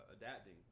adapting